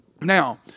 Now